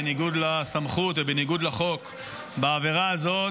בניגוד לסמכות ובניגוד לחוק בעבירה הזאת,